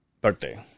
birthday